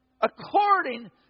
according